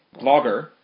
blogger